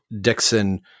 Dixon